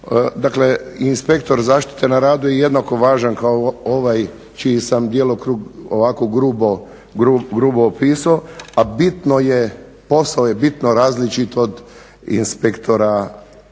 Dakle, inspektor zaštite na radu je jednako važan kao ovaj čiji sam djelokrug ovako grubo opisao, a bitno je, posao je bitno različit od inspektora